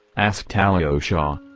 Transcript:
asked alyosha.